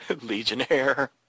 Legionnaire